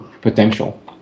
potential